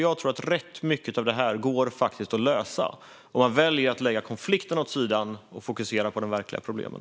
Jag tror att ganska mycket av det här går att lösa, om man väljer att lägga konflikterna åt sidan och fokusera på de verkliga problemen.